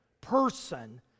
person